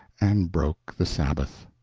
and broke the sabbath.